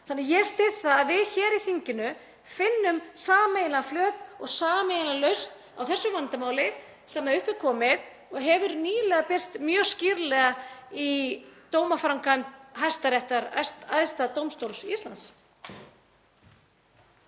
Þannig að ég styð það að við hér í þinginu finnum sameiginlegan flöt og sameiginlega lausn á þessu vandamáli sem upp er komið og hefur nýlega birst mjög skýrlega í dómaframkvæmd Hæstaréttar, æðsta dómstóls Íslands.